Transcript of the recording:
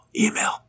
email